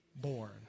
born